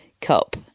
Cup